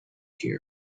here